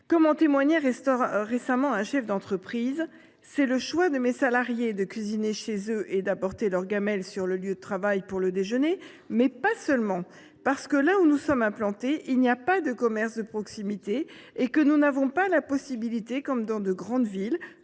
témoignait récemment :« C’est le choix de mes salariés que de cuisiner chez eux et d’apporter leur gamelle sur le lieu de travail pour le déjeuner, mais pas seulement. Parce que là où nous sommes implantés, il n’y a pas de commerce de proximité, et nous n’avons pas la possibilité comme dans les grandes villes,